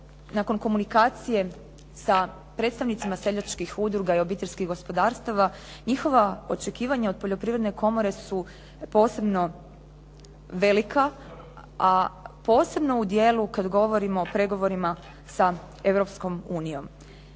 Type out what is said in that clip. nakon komunikacije sa predstavnicima seljačkih udruga i obiteljskih gospodarstava njihova očekivanja od poljoprivredne komore su posebno velika a posebno u dijelu kada govorimo o pregovorima sa